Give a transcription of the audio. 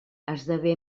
esdevé